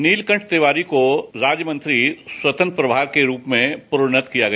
नील कंठ तिवारी को राज्यमंत्री स्वतंत प्रभार के रूप में प्रोन्नत किया गया